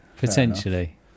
Potentially